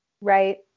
Right